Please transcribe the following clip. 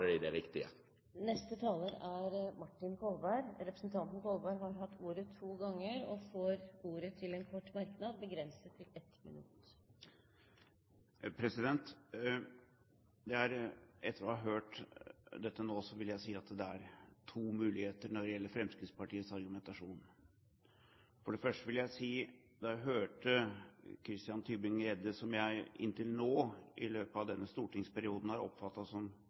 er riktig. Representanten Martin Kolberg har hatt ordet to ganger og får ordet til en kort merknad, begrenset til 1 minutt. Etter å ha hørt dette nå vil jeg si at det er to muligheter når det gjelder Fremskrittspartiets argumentasjon. For det første vil jeg si at da jeg hørte Christian Tybring-Gjedde, som jeg inntil nå i løpet av denne stortingsperioden har oppfattet som